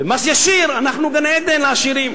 ובמס ישיר אנחנו גן-עדן לעשירים.